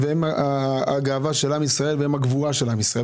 הם הגאווה של עם ישראל והם הגבורה של עם ישראל.